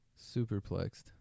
Superplexed